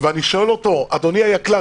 ואני שואל אותו: אדוני היקל"ר,